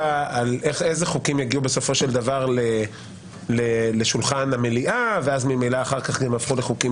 על אילו חוקים יגיעו לשולחן המליאה ואז יהפכו לחוקים